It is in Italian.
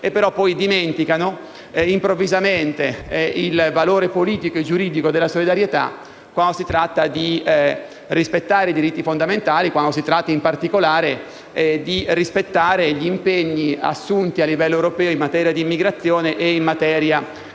che poi dimenticano improvvisamente il valore politico e giuridico della solidarietà quando si tratta di rispettare i diritti fondamentali e, in particolare, gli impegni assunti a livello europeo in materia di immigrazione e di diritto d'asilo.